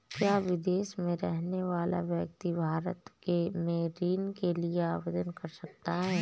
क्या विदेश में रहने वाला व्यक्ति भारत में ऋण के लिए आवेदन कर सकता है?